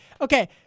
Okay